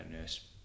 nurse